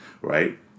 Right